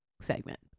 segment